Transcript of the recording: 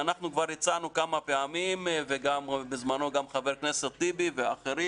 דברנו כמה פעמים ולפני חברי הכנסת טיבי ובשארה